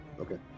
Okay